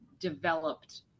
developed